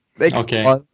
Okay